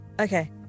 Okay